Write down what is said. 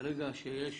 ברגע שיש